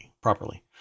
properly